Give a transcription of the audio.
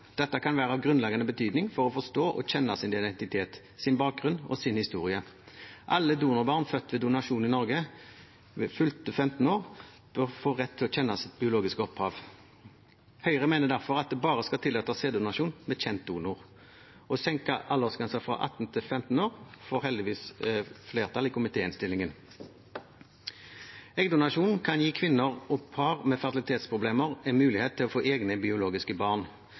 Dette kan være av grunnleggende betydning for å forstå og kjenne sin identitet, sin bakgrunn og sin historie. Alle donorbarn født ved donasjon i Norge bør ved fylte 15 år derfor få rett til å få kjenne sitt biologiske opphav. Høyre mener derfor at det bare skal tillates sæddonasjon med kjent donor. Å senke aldersgrensen fra 18 til 15 år får heldigvis flertall i komitéinnstillingen. Eggdonasjon kan gi kvinner og par med fertilitetsproblemer en mulighet til å få egne, biologiske barn.